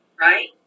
Right